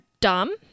dumb